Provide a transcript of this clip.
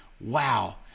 Wow